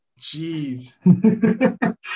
jeez